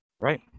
Right